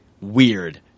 weird